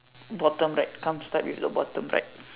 bottom right come start with the bottom right